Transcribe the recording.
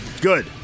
Good